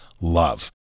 love